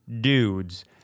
dudes